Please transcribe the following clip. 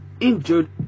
injured